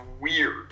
weird